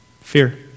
Fear